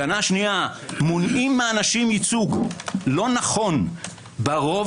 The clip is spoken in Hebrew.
טענה שנייה מונעים מאנשים ייצוג לא נכון ברוב